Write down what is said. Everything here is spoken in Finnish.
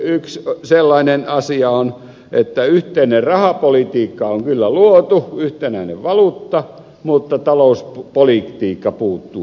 yksi sellainen asia on että yhteinen rahapolitiikka on kyllä luotu yhtenäinen valuutta mutta talouspolitiikka puuttuu